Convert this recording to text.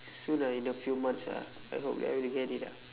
soon ah in a few months ah I hope that I will get it ah